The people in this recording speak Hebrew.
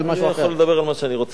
אני יכול לדבר על מה שאני רוצה, כבודו.